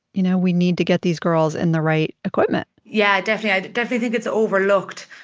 you know we need to get these girls in the right equipment yeah, definitely. i definitely think it's overlooked.